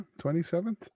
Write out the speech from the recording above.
27th